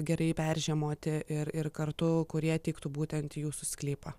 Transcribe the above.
gerai peržiemoti ir ir kartu kurie tiktų būtent jūsų sklypą